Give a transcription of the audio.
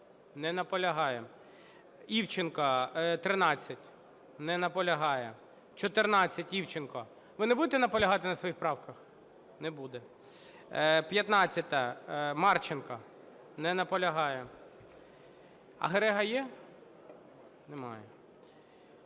Не наполягає. Івченко, 13. Не наполягає. 14, Івченко. Ви не будете наполягати на своїх правках? Не буде. 15-а, Марченко. Не наполягає. А Герега є? Немає.